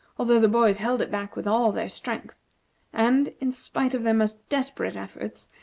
although the boys held it back with all their strength and, in spite of their most desperate efforts,